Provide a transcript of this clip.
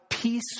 Peace